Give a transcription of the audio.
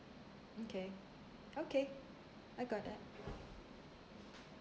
okay okay I got that